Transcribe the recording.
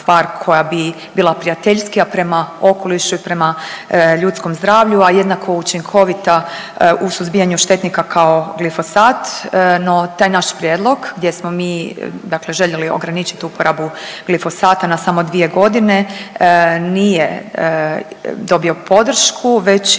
a jednako učinkovita u suzbijanju štetnika kao glifosat. No, taj naš prijedlog gdje smo mi dakle željeli ograničiti uporabu glifosata na samo dvije godine nije dobio podršku već je